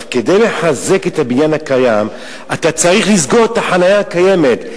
כדי לחזק את הבניין הקיים אתה צריך לסגור את החנייה הקיימת,